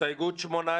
הסתייגות 15: